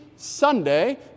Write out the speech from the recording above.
Sunday